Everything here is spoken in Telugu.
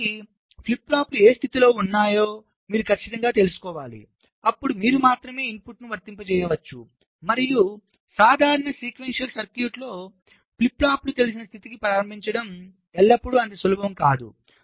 కాబట్టి ఫ్లిప్ ఫ్లాప్లు ఏ స్థితిలో ఉన్నాయో మీరు ఖచ్చితంగా తెలుసుకోవాలి అప్పుడు మీరు మాత్రమే ఇన్పుట్ను వర్తింపజేయవచ్చు మరియు సాధారణ సీక్వెన్షియల్ సర్క్యూట్లో ఫ్లిప్ ఫ్లాప్లను తెలిసిన స్థితికి ప్రారంభించడం ఎల్లప్పుడూ అంత సులభం కాదు